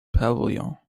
pavilion